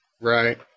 Right